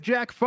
Jack